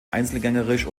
einzelgängerisch